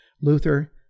Luther